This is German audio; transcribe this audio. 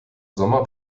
sommer